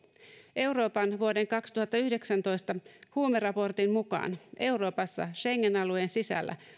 euroopan vuoden kaksituhattayhdeksäntoista huumeraportin mukaan euroopassa schengen alueen sisällä